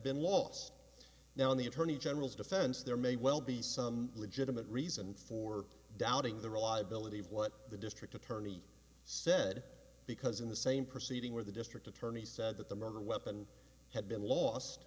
been lost now in the attorney general's defense there may well be some legitimate reason for doubting the reliability of what the district attorney said because in the same proceeding where the district attorney said that the murder weapon had been lost